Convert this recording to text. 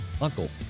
uncle